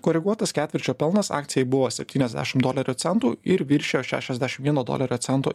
koreguotas ketvirčio pelnas akcijai buvo septyniasdešim dolerio centų ir viršijo šešiasdešim vieno dolerio cento